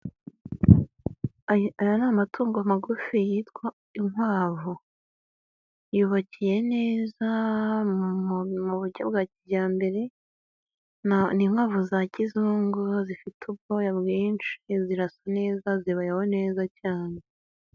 Aya ni amatungo magufi yitwa inkwavu, yubakiye neza mu buryo bwa kijyambere, ni inkwavu za kizungu, zifite ubwoya bwinshi, zirasa neza, zibawe neza cyane.